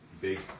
big